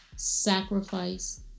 sacrifice